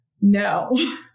no